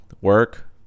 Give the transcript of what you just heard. work